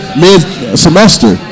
mid-semester